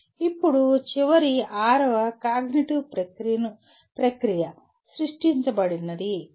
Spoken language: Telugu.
ఇప్పుడు చివరి ఆరవ కాగ్నిటివ్ ప్రక్రియ సృష్టించబడిందిక్రియేట్